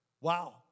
Wow